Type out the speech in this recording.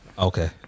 Okay